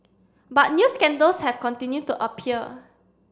but new scandals have continued to appear